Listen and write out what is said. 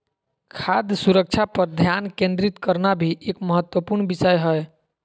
खाद्य सुरक्षा पर ध्यान केंद्रित करना भी एक महत्वपूर्ण विषय हय